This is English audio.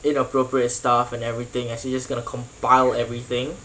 inappropriate stuff and everything and she just gonna compile everything